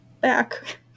back